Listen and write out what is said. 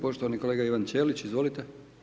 Poštovani kolega Ivan Ćelić, izvolite.